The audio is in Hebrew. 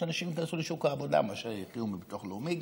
שאנשים ייכנסו לשוק העבודה מאשר יחיו מביטוח לאומי,